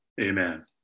Amen